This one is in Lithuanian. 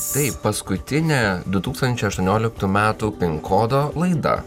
tai paskutinė du tūkstančiai aštuonioliktų metų pin kodo laida